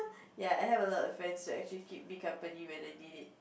ya I have a lot of friends who actually keep me company when I need it